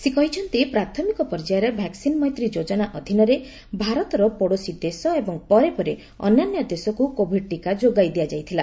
ସେ କହିଛନ୍ତି ପ୍ରାଥମିକ ପର୍ଯ୍ୟାୟରେ ଭାକ୍ୱିନ ମୈତ୍ରୀ ଯୋଜନା ଅଧୀନରେ ଭାରତର ପଡୋଶୀ ଦେଶ ଏବଂ ପରେ ପରେ ଅନ୍ୟାନ୍ୟ ଦେଶକୁ କୋଭିଡ ଟିକା ଯୋଗାଇ ଦିଆଯାଇଥିଲା